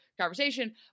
conversation